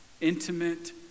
intimate